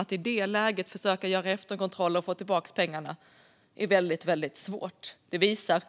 Att i efterhand försöka göra efterkontroller och få tillbaka pengarna är väldigt svårt. Det visar